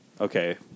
Okay